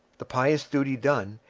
the pious duty done,